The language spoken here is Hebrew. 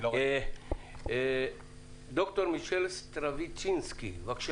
דוקטור מישל סטרבצ'ינסקי, בבקשה